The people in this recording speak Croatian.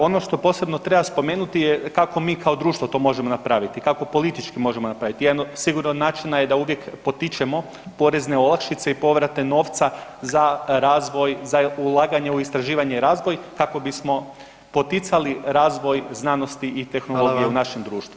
Ono što posebno treba spomenuti je kako mi kao društvo to možemo napraviti, kako politički možemo napraviti, jedan sigurno od način je da uvijek potičemo porezne olakšice i povrate novca za razvoj, za ulaganje u istraživanje i razvoj kako bismo poticali razvoj znanosti i tehnologije u našem društvu.